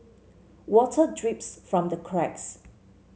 water drips from the cracks